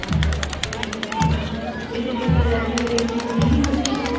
اچھا اچھا ٹھیک ہے اچھا کسی چیز سے الرجی ویلرجی تو نہیں ہے بچے کو